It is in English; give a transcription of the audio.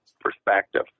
perspective